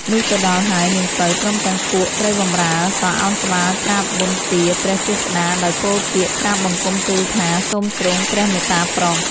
លុះទៅដល់ហើយ នាង ពៅ ព្រមទាំងពួកស្រីបម្រើ ក៏ឱនក្បាលក្រាបវន្ទាព្រះចេស្ដាដោយពោលពាក្យក្រាបបង្គំទូលថា សូមទ្រង់ព្រះមេត្តាប្រោស !